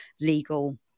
legal